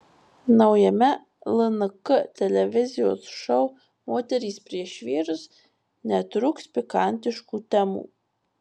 naujame lnk televizijos šou moterys prieš vyrus netrūks pikantiškų temų